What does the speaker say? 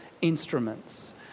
instruments